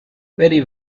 very